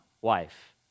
wife